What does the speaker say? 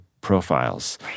profiles